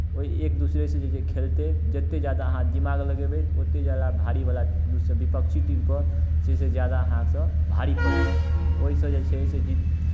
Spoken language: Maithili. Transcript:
ओहि एक दोसरेसँ जे छै से खेलतै जतेक ज्यादा अहाँ दिमाग लगेबै ओतेक ज्यादा भारीवलासँ विपक्षी टीमपर से जे छै से ज्यादा अहाँसभ भारी पड़बै ओहिसँ जे छै जी